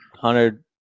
hundred